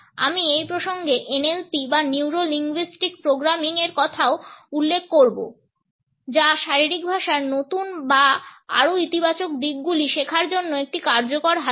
আমি এই প্রসঙ্গে NLP বা নিউরো লিঙ্গুইস্টিক প্রোগ্রামিং এর কথাও উল্লেখ করব যা শারীরিক ভাষার নতুন বা আরও ইতিবাচক দিকগুলি শেখার জন্য একটি কার্যকর হাতিয়ার